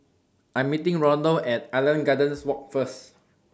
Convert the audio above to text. I Am meeting Ronald At Island Gardens Walk First